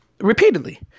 repeatedly